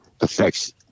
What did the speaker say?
affects